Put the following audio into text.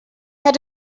had